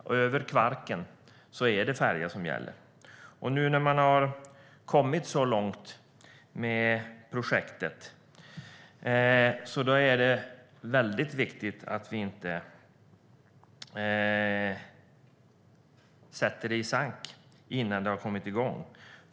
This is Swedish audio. Och över Kvarken är det färja som gäller. Nu när man har kommit så långt med projektet är det väldigt viktigt att vi inte skjuter det i sank innan det kommit igång.